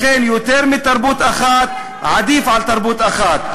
לכן, יותר מתרבות אחת עדיפות על תרבות אחת.